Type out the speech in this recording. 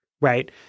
Right